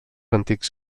antics